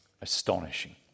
Astonishing